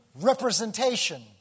representation